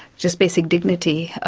just basic dignity,